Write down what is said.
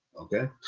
Okay